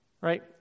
right